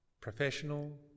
Professional